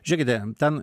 žėkite ten